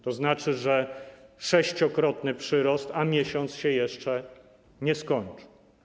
To oznacza sześciokrotny przyrost, a miesiąc się jeszcze nie skończył.